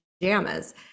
pajamas